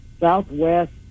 southwest